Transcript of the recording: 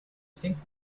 think